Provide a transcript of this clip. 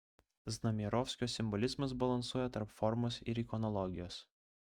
znamierovskio simbolizmas balansuoja tarp formos ir ikonologijos